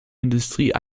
industrie